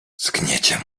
zgniecie